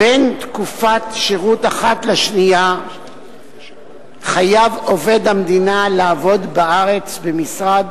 "בין תקופת שירות אחת לשנייה חייב עובד המדינה לעבוד בארץ במשרד